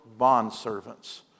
bondservants